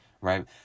right